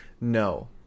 No